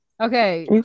Okay